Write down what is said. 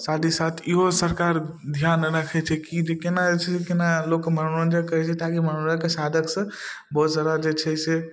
साथ ही साथ इहो सरकार धिआन राखै छै कि जे कोना जे छै कोना लोकके मनोरञ्जन करै छै ताकि मनोरञ्जनके साधकसँ बहुत सारा जे छै से